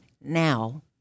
now